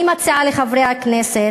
אני מציעה לחברי הכנסת,